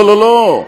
לא לא,